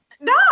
no